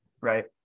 Right